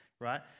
right